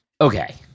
okay